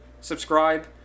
subscribe